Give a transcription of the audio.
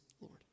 Lord